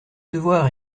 devoirs